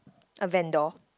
a vendor